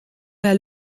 mehr